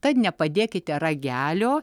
tad nepadėkite ragelio